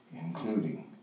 Including